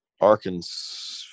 Arkansas